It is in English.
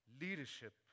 Leadership